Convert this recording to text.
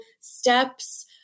steps